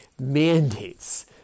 mandates